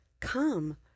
come